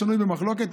השנוי במחלוקת,